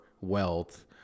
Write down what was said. wealth